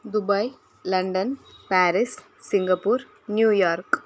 Dubai London Paris Singapore New York